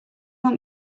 want